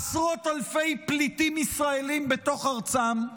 עשרות אלפי פליטים ישראלים בתוך ארצם,